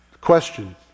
question